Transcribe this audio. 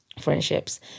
friendships